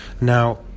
Now